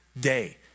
day